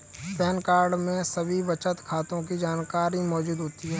pan card में सभी बचत खातों की जानकारी मौजूद होती है